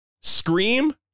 Scream